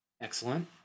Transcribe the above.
Excellent